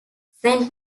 saint